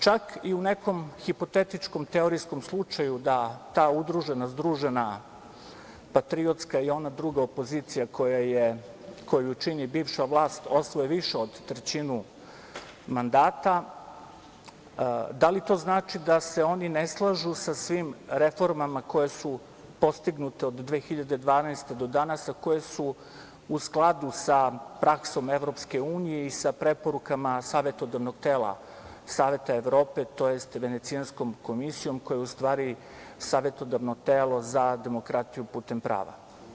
Čak i u nekom hipotetičkom teorijskom slučaju da ta udružena, združena patriotska i ona druga opozicija koju čini bivša vlast osvoje više od trećinu mandata, da li to znači da se oni ne slažu sa svim reformama koje su postignute od 2012. godine do danas, a koje su u skladu sa praksom EU i sa preporukama savetodavnog tela Saveta Evrope, tj. Venecijanskom komisijom, koja je u stvari savetodavno telo za demokratiju putem prava?